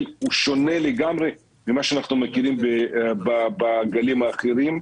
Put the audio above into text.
הוא שונה לגמרי ממה שאנחנו מכירים בגלים האחרים,